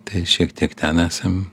tai šiek tiek ten esam